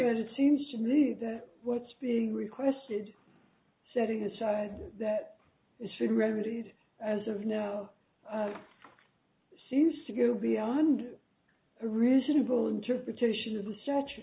yet it seems to me that what's being requested setting aside that it should remedy as of no seems to go beyond a reasonable interpretation is a stretch